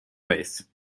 ways